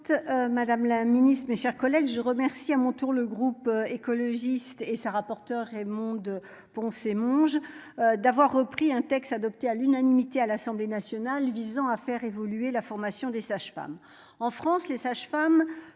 Madame la Ministre, mes chers collègues, je remercie à mon tour, le groupe écologiste et ça rapporte Raymonde Poncet Monge d'avoir repris un texte adopté à l'unanimité à l'Assemblée nationale visant à faire évoluer la formation des sages-femmes